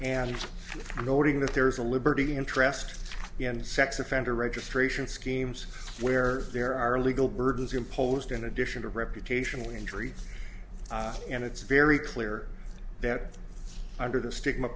and noting that there's a liberty interest in sex offender registration schemes where there are legal burdens imposed in addition to reputational injury and it's very clear that under the stigma